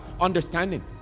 understanding